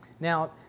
Now